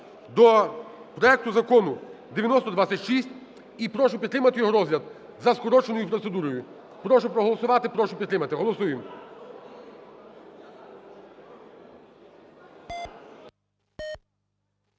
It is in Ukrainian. до проекту Закону 9026. І прошу підтримати його розгляд за скороченою процедурою. Прошу проголосувати, прошу підтримати. Голосуємо.